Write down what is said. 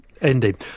Indeed